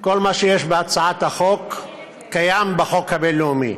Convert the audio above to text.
כל מה שיש בהצעת החוק קיים בחוק הבין-לאומי,